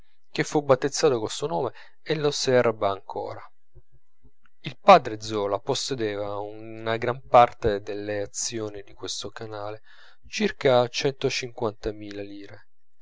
che fu battezzato col suo nome o lo serba ancora il padre zola possedeva una gran parte delle azioni di questo canale circa centocinquantamila lire